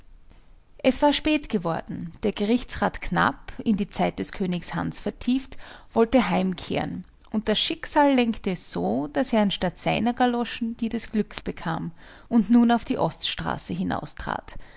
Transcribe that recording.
es war spät geworden der gerichtsrat knapp in die zeit des königs hans vertieft wollte heimkehren und das schicksal lenkte es so daß er anstatt seiner galoschen die des glücks bekam und nun auf die oststraße